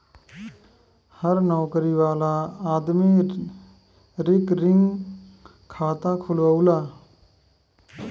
हर नउकरी वाला आदमी रिकरींग खाता खुलवावला